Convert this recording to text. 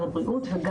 כבוד יושבת הראש, גם